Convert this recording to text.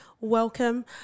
welcome